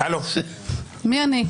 מי אני?